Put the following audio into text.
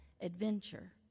adventure